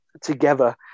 together